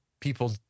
people